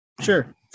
Sure